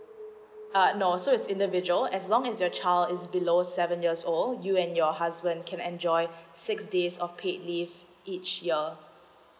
ya no so it's individual as long as your child is below seven years old you and your husband can enjoy six days of paid leave each your uh